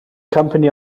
company